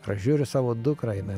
ir aš žiūriu į savo dukrą jinai